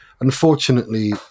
Unfortunately